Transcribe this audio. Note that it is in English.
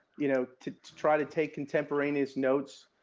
you know, to try to take contemporaneous notes,